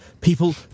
People